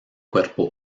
cuerpo